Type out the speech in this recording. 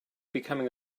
becoming